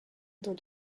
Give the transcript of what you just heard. dans